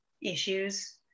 issues